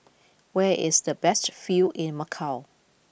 where is the best view in Macau